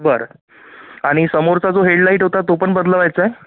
बरं आणि समोरचा जो हेडलाईट होता तो पण बदलवायचाय